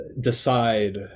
decide